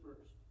first